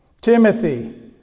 Timothy